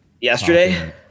Yesterday